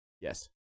Yes